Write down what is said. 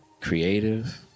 creative